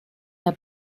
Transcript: der